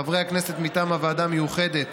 חברי הכנסת מטעם הוועדה המיוחדת